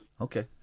Okay